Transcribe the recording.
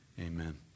Amen